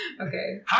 Okay